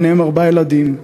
ביניהם ארבעה ילדים,